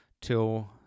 till